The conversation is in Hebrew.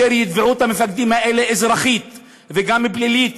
אשר יתבעו את המפקדים האלה אזרחית וגם פלילית,